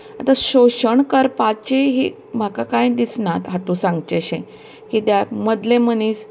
आता शोशण करपाची ही म्हाका कांय दिसनात हातूंत सांगचे अशें कित्याक मदले मनीस